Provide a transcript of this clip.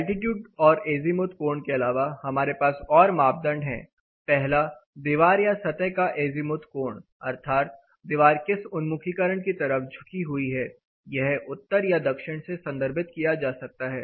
altitude और azimuth कोण के अलावा हमारे पास और मापदंड है पहला दीवार या सतह का एजीमुथ कोण अर्थात दीवार किस उन्मुखीकरण की तरफ झुकी हुई है यह उत्तर या दक्षिण से संदर्भित किया जा सकता है